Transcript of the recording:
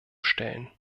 stellen